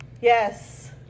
Yes